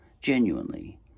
genuinely